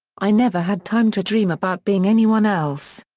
i never had time to dream about being anyone else.